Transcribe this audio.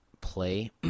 play